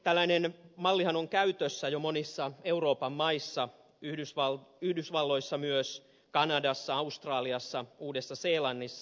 tällainen mallihan on käytössä jo monissa euroopan maissa yhdysvalloissa myös kanadassa australiassa uudessa seelannissa